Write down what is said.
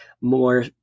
more